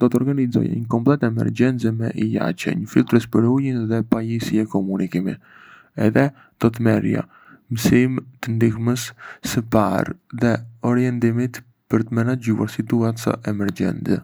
Do të organizoja një komplet emergjence me ilaçe, një filtrues për ujin dhe pajisje komunikimi. Edhé, do të merrja mësime të ndihmës së parë dhe orientimit për të menaxhuar situata emergjente.